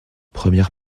première